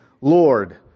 Lord